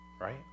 right